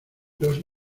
los